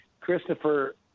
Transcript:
Christopher